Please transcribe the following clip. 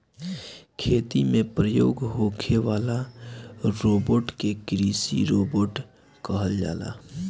खेती में प्रयोग होखे वाला रोबोट के कृषि रोबोट कहल जाला